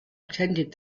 attended